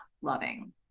loving